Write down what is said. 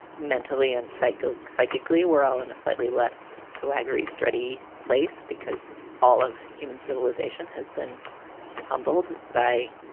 mentally and cycle, psychically, we're all in a slightly less swaggering, steady place because all of human civilization has been humbled by